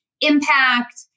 impact